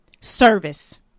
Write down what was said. service